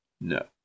No